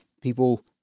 people